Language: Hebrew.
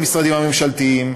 הן עם המשרדים הממשלתיים,